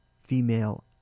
Female